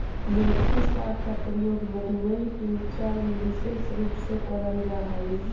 मेथी साग का प्रयोग मधुमेह के उपचार में विशेष रूप से करल जा हई